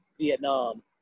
Vietnam